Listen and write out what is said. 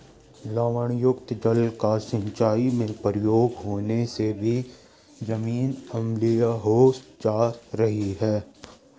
लवणयुक्त जल का सिंचाई में प्रयोग होने से भी जमीन अम्लीय हो जा रही है